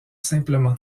simplement